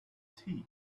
tea